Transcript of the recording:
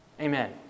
Amen